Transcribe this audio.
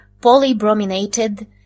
polybrominated